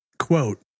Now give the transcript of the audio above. Quote